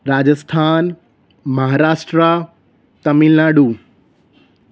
Rajasthan Maharashtra Tamil Nadu